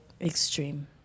extreme